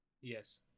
Yes